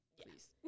please